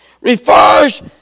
refers